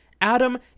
Adam